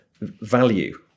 Value